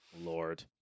Lord